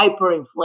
hyperinflation